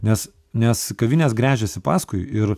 nes nes kavinės gręžiasi paskui ir